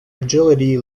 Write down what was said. agility